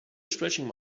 stretching